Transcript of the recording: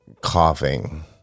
coughing